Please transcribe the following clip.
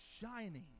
shining